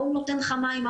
ההוא נותן לך מים,